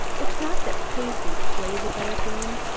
it's not that paisley plays a better game,